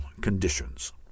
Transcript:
conditions